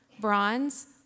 bronze